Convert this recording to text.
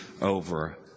over